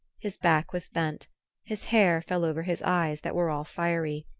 his back was bent his hair fell over his eyes that were all fiery,